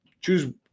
choose